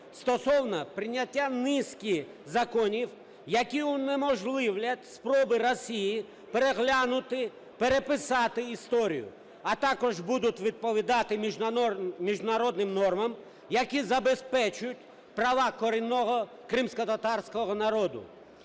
стосовно прийняття низки законів, які унеможливлять спроби Росії переглянути, переписати історію, а також будуть відповідати міжнародним нормам, які забезпечать права корінного кримськотатарського народу,